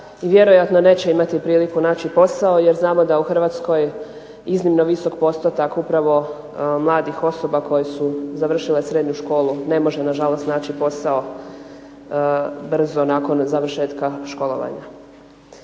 vjerojatno neće imati priliku naći posao jer znamo da je u Hrvatskoj iznimno visok postotak upravo mladih osoba koja su završile srednju školu ne može nažalost naći posao brzo nakon završetka školovanja.